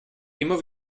immer